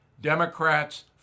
Democrats